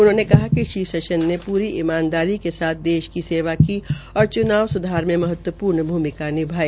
उन्होंने कहा कि श्री सेशन ने पूरी ईमानदारी के साथ देश की सेवा और च्नाव स्धार में महत्व र्ण भूमिका निभाई